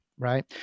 right